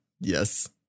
Yes